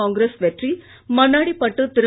காங்கிரஸ் வெற்றி மண்ணாடிப்பட்டு திரு